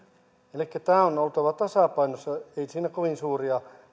elikkä tämän on oltava tasapainossa ei siinä kovin suuria